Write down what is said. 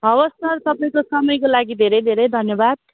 हवस् सर तपाईँको समयको लागि धेरै धेरै धन्यवाद